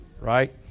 right